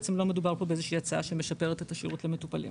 לא מדובר פה באיזו שהיא הצעה שמשפרת את השירות למטופלים.